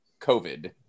COVID